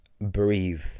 breathe